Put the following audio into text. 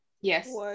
Yes